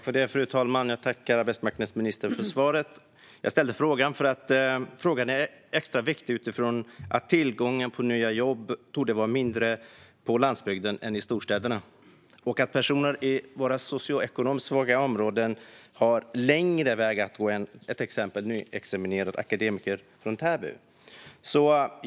Fru talman! Jag tackar arbetsmarknadsministern för svaret. Jag ställde frågan därför att den är extra viktig utifrån att tillgången på nya jobb torde vara mindre på landsbygden än i storstäderna. Personer i våra socioekonomiskt svaga områden har längre väg att gå än till exempel en nyutexaminerad akademiker från Täby.